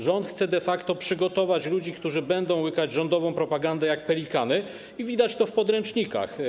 Rząd chce de facto przygotować ludzi, którzy będą łykać rządową propagandę jak pelikany i widać to w podręcznikach.